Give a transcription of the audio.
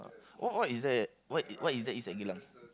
what what is that what is what is there is at Geylang